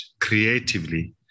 creatively